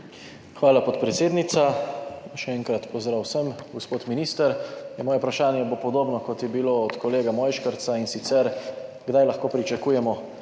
Hvala, podpredsednica. Še enkrat pozdrav vsem! Gospod minister, moje vprašanje bo podobno, kot je bilo od kolega Mojškerca, in sicer: Kdaj lahko pričakujemo